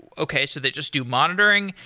okay. so they just do monitoring?